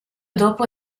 dopo